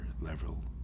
level